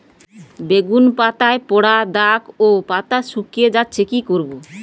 বেগুন পাতায় পড়া দাগ ও পাতা শুকিয়ে যাচ্ছে কি করব?